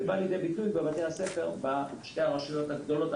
זה בא לידי ביטוי בבתי הספר בשתי הרשויות הגדולות,